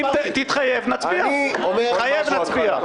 אם תתחייב להסתייגות, נצביע בעד.